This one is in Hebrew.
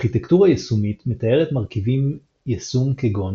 ארכיטקטורה יישומית מתארת מרכיבים יישום כגון